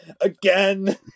Again